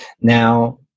Now